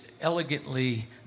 elegantly